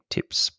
Tips